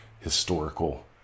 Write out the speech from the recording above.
historical